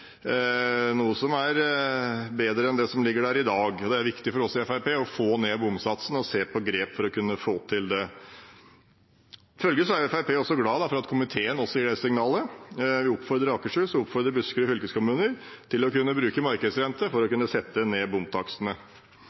noe som er bedre enn det som ligger der i dag, og det er viktig for oss i Fremskrittspartiet å få ned bomsatsene og se på grep for å få til det. Følgelig er Fremskrittspartiet glad for at komiteen også gir det signalet. Vi oppfordrer Akershus og Buskerud fylkeskommuner til å bruke markedsrente for å kunne sette ned bomtakstene.